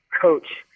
coach